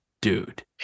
dude